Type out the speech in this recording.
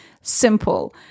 simple